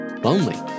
lonely